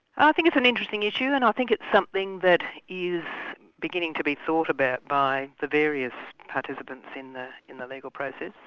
i think it's an interesting issue, and i think it's something that is beginning to be thought about by the various participants in the in the legal process.